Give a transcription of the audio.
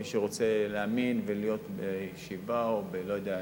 מי שרוצה להאמין ולהיות בישיבה, או לא יודע,